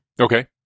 Okay